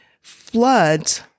Floods